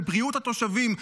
של בריאות התושבים,